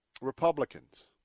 Republicans